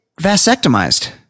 vasectomized